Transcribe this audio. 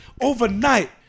Overnight